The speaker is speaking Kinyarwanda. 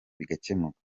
bigakemuka